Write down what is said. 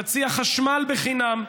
תציע חשמל חינם,